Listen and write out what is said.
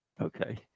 Okay